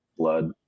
blood